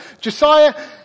Josiah